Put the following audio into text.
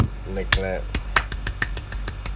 neglect